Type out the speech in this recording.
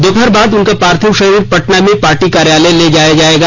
दोपहर बाद उनका पार्थिव शरीर पटना में पार्टी कार्यालय ले जाया जाएगा